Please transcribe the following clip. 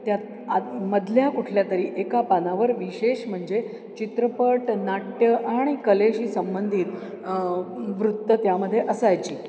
त्यात आत मधल्या कुठल्या तरी एका पानावर विशेष म्हणजे चित्रपट नाट्य आणि कलेशी संबंधी वृत्त त्यामध्ये असायची